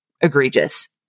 egregious